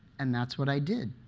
and that's what i did.